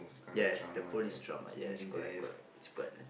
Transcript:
yes the police trauma yes correct correct it's quite nice